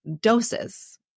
doses